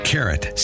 Carrot